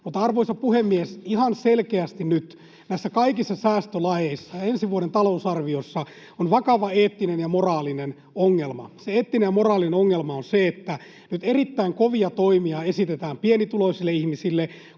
Arvoisa puhemies! Mutta ihan selkeästi nyt näissä kaikissa säästölajeissa ensi vuoden talousarviossa on vakava eettinen ja moraalinen ongelma. Se eettinen ja moraalinen ongelma on se, että nyt erittäin kovia toimia esitetään pienituloisille ihmisille